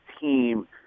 team